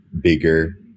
bigger